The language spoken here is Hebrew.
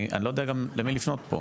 אני לא יודע גם למי לפנות פה,